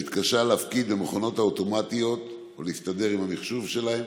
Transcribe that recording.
המתקשה להפקיד במכונות האוטומטיות ולהסתדר עם המחשוב שלהן,